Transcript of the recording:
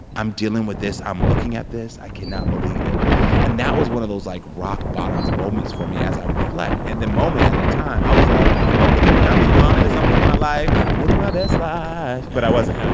i'm dealing with this. i'm looking at this. i cannot believe it and that was one of those, like, rock-bottom moments for me as i reflect. in the moment, at that time, i was like oh, look at me. i'm being honest. i'm living my life. i'm living my best life ah but i wasn't.